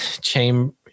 chamber